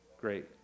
Great